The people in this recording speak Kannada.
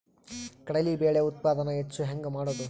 ಕಡಲಿ ಬೇಳೆ ಉತ್ಪಾದನ ಹೆಚ್ಚು ಹೆಂಗ ಮಾಡೊದು?